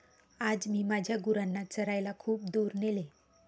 आज मी माझ्या गुरांना चरायला खूप दूर नेले